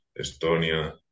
Estonia